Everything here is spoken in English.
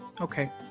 okay